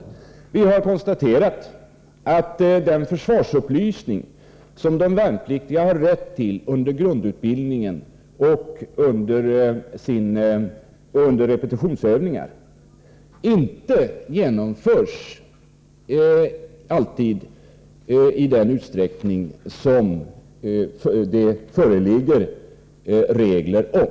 Vi motionärer har konstaterat att den försvarsupplysning som de värnpliktiga har rätt till under grundutbildning och under repetitionsövningar inte alltid genomförs i den utsträckning som det föreligger regler om.